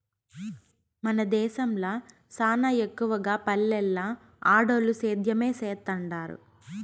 మన దేశంల సానా ఎక్కవగా పల్లెల్ల ఆడోల్లు సేద్యమే సేత్తండారు